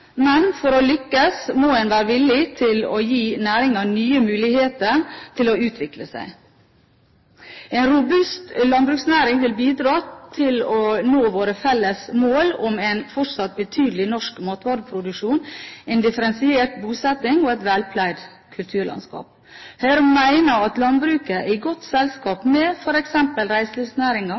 men for å lykkes må en være villig til å gi næringen nye muligheter til å utvikle seg. En robust landbruksnæring vil bidra til å nå våre felles mål om en fortsatt betydelig norsk matvareproduksjon, en differensiert bosetting og et velpleid kulturlandskap. Høyre mener at landbruket er i godt selskap med